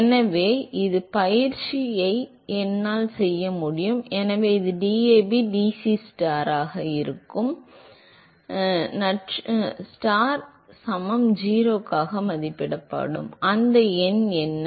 எனவே அதே பயிற்சியை என்னால் செய்ய முடியும் எனவே இது DAB மற்றும் dCAstar ஆல் dystar ஆக இருக்கும் y நட்சத்திரம் 0 க்கு சமமாக மதிப்பிடப்படும் இது என்னவாகும் அந்த எண் என்ன